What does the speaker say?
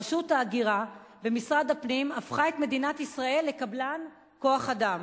רשות ההגירה במשרד הפנים הפכה את מדינת ישראל לקבלן כוח-אדם.